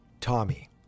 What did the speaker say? Tommy